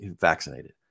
vaccinated